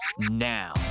now